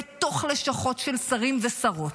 בתוך לשכות של שרים ושרות,